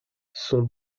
sont